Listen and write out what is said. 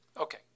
Okay